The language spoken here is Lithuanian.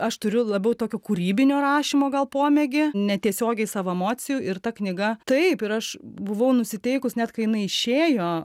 aš turiu labiau tokio kūrybinio rašymo gal pomėgį netiesiogiai savo emocijų ir ta knyga taip ir aš buvau nusiteikus net kai jinai išėjo